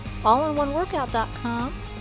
allinoneworkout.com